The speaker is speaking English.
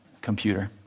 computer